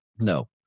No